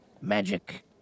magic